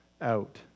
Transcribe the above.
out